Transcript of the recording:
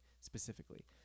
specifically